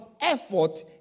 effort